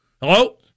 Hello